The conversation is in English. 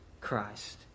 Christ